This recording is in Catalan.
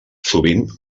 sovint